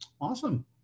Awesome